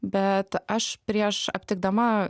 bet aš prieš aptikdama